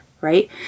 right